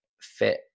fit